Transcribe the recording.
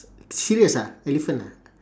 serious ah elephant ah